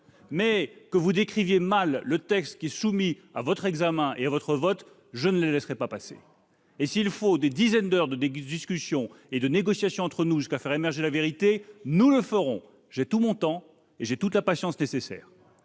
Mais que vous décriviez mal le texte qui est soumis à votre examen et à votre vote, je ne laisserai pas passer cela ! S'il faut des dizaines d'heures de discussions et de négociations entre nous jusqu'à faire émerger la vérité, nous en passerons par là. J'ai tout mon temps et j'ai toute la patience nécessaire.